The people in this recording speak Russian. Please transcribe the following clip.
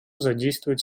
задействовать